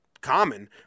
common